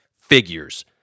figures